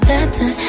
Better